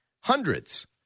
hundreds